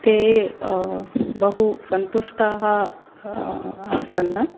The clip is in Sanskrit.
ते बहु सन्तुष्टाः आसन्